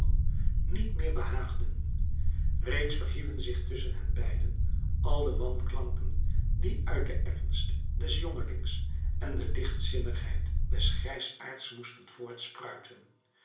niet meer behaagden reeds verhieven zich tusschen hen beiden al de wanklanken die uit den ernst des jongelings en de lichtzinnigheid des grijsaards moesten